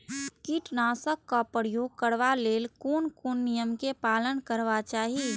कीटनाशक क प्रयोग करबाक लेल कोन कोन नियम के पालन करबाक चाही?